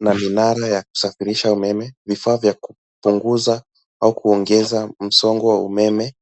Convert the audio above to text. na minale ya kusafirisha umeme, vifaa vya kupunguza au kuongeza msongo wa umeme.